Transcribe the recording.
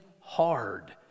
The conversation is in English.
hard